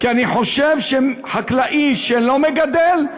כי אני חושב שחקלאי שלא מגדל,